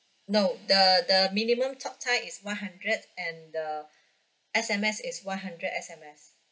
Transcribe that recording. no the the minimum talk time is one hundred and the S_M_S is one hundred S_M_S